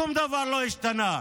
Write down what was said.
שום דבר לא השתנה.